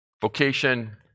Vocation